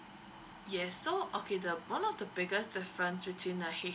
yes so okay the one of the biggest difference between a